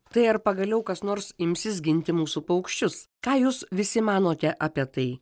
tai ar pagaliau kas nors imsis ginti mūsų paukščius ką jūs visi manote apie tai